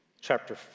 chapter